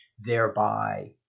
thereby